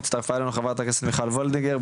הצטרפה אלינו חברת הכנסת מיכל וולדיגר,